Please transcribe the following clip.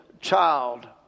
child